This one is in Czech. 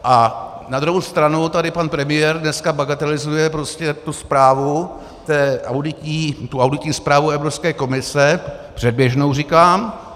A na druhou stranu tady pan premiér dneska bagatelizuje prostě tu zprávu, tu auditní zprávu Evropské komise, předběžnou, říkám.